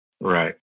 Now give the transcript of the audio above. Right